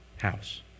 house